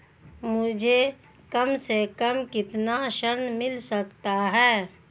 मुझे कम से कम कितना ऋण मिल सकता है?